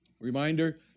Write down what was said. Reminder